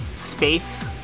space